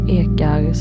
ekar